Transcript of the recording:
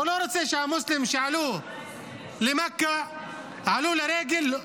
הוא לא רוצה שהמוסלמים שעלו למכה, עלו לרגל,